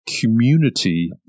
community